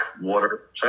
water